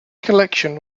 collection